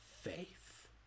faith